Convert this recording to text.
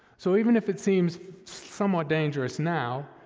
so even if it seems somewhat dangerous now,